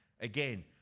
Again